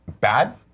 bad